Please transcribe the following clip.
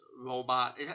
robot